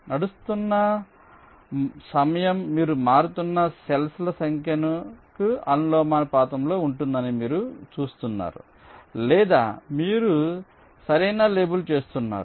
నడుస్తున్న సమయం మీరు మారుతున్న సెల్ఫ్ ల సంఖ్యకు అనులోమానుపాతంలో ఉంటుందని మీరు చూస్తున్నారు లేదా మీరు సరైన లేబుల్ చేస్తున్నారు